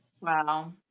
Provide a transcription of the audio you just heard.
Wow